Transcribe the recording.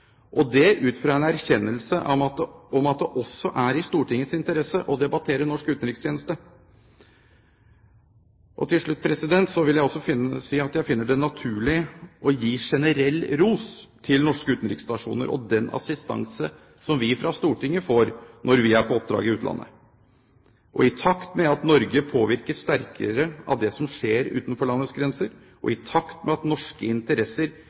det ut fra en erkjennelse av at det også er i Stortingets interesse å debattere norsk utenrikstjeneste. Til slutt vil jeg også si at jeg finner det naturlig å gi generell ros til norske utenriksstasjoner for den assistanse som vi fra Stortinget får, når vi er på oppdrag i utlandet. I takt med at Norge påvirkes sterkere av det som skjer utenfor landets grenser, og i takt med at norske interesser